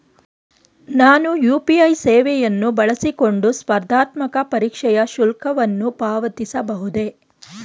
ನಾನು ಯು.ಪಿ.ಐ ಸೇವೆಯನ್ನು ಬಳಸಿಕೊಂಡು ಸ್ಪರ್ಧಾತ್ಮಕ ಪರೀಕ್ಷೆಯ ಶುಲ್ಕವನ್ನು ಪಾವತಿಸಬಹುದೇ?